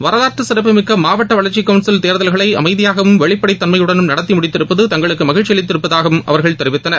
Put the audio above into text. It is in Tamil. வரலாற்று சிறப்புமிக்க மாவட்ட வளர்ச்சி கவுன்சில் தேர்தல்களை அமைதியாகவும் வெளிப்படைத்தள்மையுடனும் நடத்தி முடித்திருப்பது தங்களுக்கு மகிழ்ச்சி அளிப்பதாகவும் அவர்கள் தெரிவித்தனர்